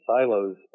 silos